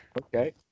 Okay